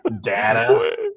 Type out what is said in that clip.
Data